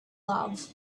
love